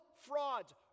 frauds